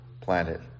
planet